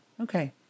Okay